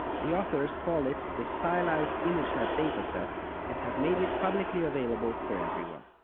the authors call it the stylized-imagenet dataset and have made it publicly available for everyone.